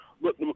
Look